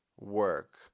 work